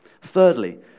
Thirdly